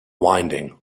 winding